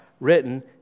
written